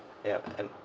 ya ya